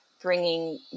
bringing